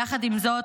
יחד עם זאת,